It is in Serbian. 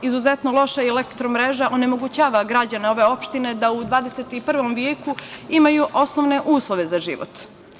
Izuzetno loša elektromreža onemogućava građane ove opštine da u 21. veku imaju osnovne uslove za život.